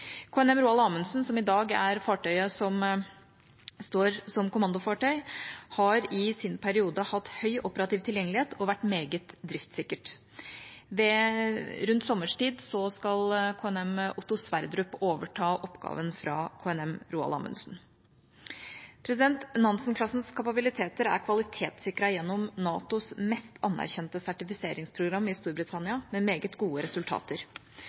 KNM «Roald Amundsen», som i dag er fartøyet som står som kommandofartøy, har i sin periode hatt høy operativ tilgjengelighet og har vært meget driftssikkert. Rundt sommerstid skal KNM «Otto Sverdrup» overta oppgaven fra KNM «Roald Amundsen». Fridtjof Nansen-klassens kapabiliteter er kvalitetssikret gjennom NATOs mest anerkjente sertifiseringsprogram, i Storbritannia, med meget gode resultater.